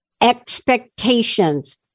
expectations